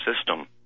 system